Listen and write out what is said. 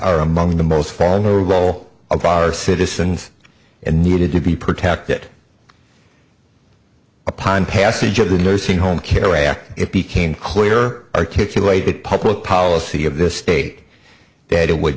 are among the most fun to roll up our citizens and needed to be protected upon passage of the nursing home care act it became clear articulated public policy of the state that it would